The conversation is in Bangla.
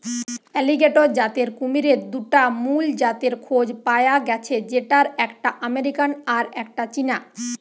অ্যালিগেটর জাতের কুমিরের দুটা মুল জাতের খোঁজ পায়া গ্যাছে যেটার একটা আমেরিকান আর একটা চীনা